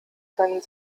können